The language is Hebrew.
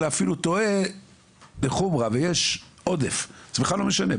אלא אפילו טועה לחומרה ויש עודף זה בכלל לא משנה.